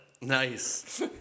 Nice